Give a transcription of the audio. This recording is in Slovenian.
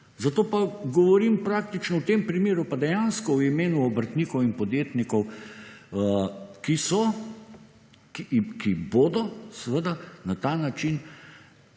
zato govorim praktično v tem primeru pa dejansko v imenu obrtnikov in podjetnikov, ki so, ki bodo seveda na ta način